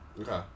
Okay